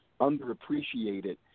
underappreciated